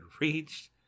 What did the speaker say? reached